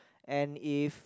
and if